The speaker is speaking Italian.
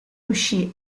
uscì